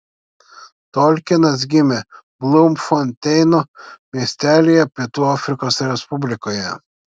tolkienas gimė blumfonteino miestelyje pietų afrikos respublikoje